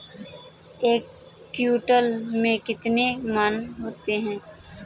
एक क्विंटल में कितने मन होते हैं?